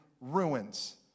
ruins